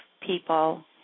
people